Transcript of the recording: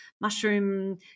mushroom